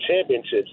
championships